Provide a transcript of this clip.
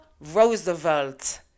Roosevelt